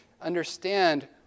understand